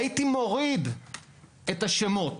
והייתי ומוריד את השמות,